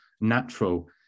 natural